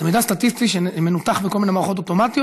זה מידע סטטיסטי שמנותח בכל מיני מערכות אוטומטיות